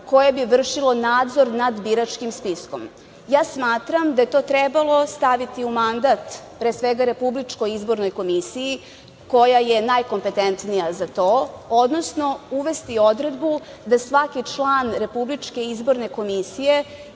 koje bi vršilo nadzor nad biračkim spiskom. Smatram da je to trebalo staviti u mandat, pre svega Republičkoj izbornoj komisiji koja je najkompetentnija za to, odnosno, uvesti odredbu gde svaki član Republičke izborne komisije